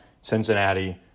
Cincinnati